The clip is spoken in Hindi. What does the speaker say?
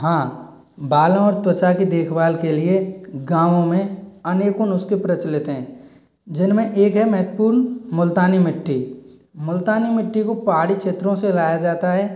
हाँ बालों और त्वचा की देखभाल के लिए गाँव में अनेकों नुस्खे प्रचलित हैं जिनमें एक है महत्वपूर्ण मुल्तानी मिट्टी मुल्तानी मिट्टी को पहाड़ी क्षेत्रों से लाया जाता है